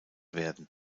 werden